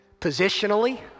Positionally